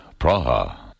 Praha